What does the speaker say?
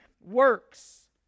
works